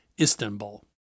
Istanbul